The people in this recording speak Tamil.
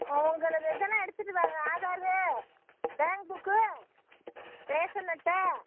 உங்கள் இதெல்லாம் எடுத்துகிட்டு வாங்க ஆதாரு பேங்க் புக்கு ரேஷன் அட்டை